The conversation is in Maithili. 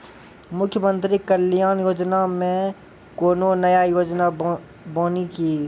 मुख्यमंत्री कल्याण योजना मे कोनो नया योजना बानी की?